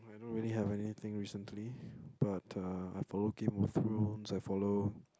I don't really have anything recently but uh I follow Games of Thrones I follow